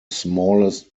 smallest